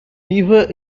beaver